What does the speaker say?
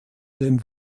dem